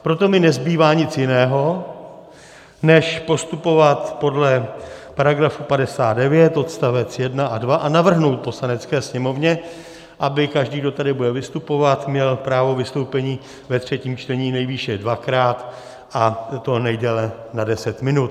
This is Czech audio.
Proto mi nezbývá nic jiného než postupovat podle § 59 odst. 1 a 2 a navrhnout Poslanecké sněmovně, aby každý, kdo tady bude vystupovat, měl právo vystoupení ve třetím čtení nejvýše dvakrát, a to nejdéle na 10 minut.